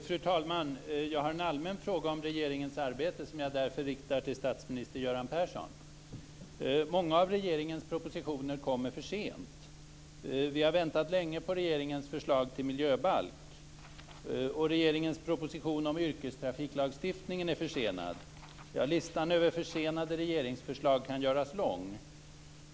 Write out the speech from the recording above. Fru talman! Jag har en allmän fråga om regeringens arbete, som jag därför riktar till statsminister Många av regeringens propositioner kommer för sent. Vi har väntat länge på regeringens förslag till miljöbalk, och regeringens proposition om yrkestrafiklagstiftningen är försenad. Listan över försenade regeringsförslag kan göras lång.